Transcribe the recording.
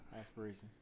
aspirations